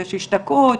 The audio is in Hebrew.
יש השתקעות,